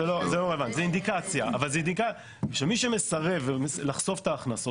אבל זו אינדיקציה של מי שמסרב לחשוף את ההכנסות